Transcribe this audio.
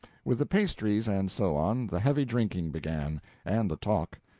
with the pastries and so on, the heavy drinking began and the talk.